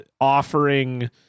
offering